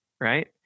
right